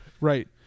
right